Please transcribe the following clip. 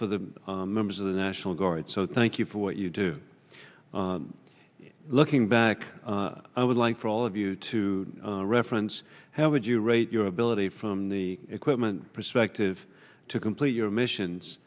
for the members of the national guard so thank you for what you do looking back i would like for all of you to reference how would you rate your ability from the equipment perspective to complete your missions